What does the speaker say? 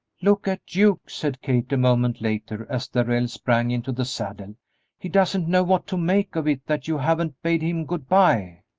look at duke, said kate, a moment later, as darrell sprang into the saddle he doesn't know what to make of it that you haven't bade him good-by.